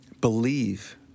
believe